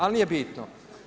Ali nije bitno.